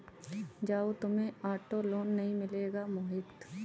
जाओ, तुम्हें auto loan नहीं मिलेगा मोहित